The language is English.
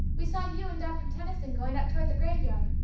we saw you and doctor tenison going up toward the graveyard,